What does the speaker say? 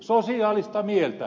sosiaalista mieltä